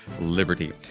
liberty